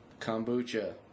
kombucha